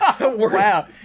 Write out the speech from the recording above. Wow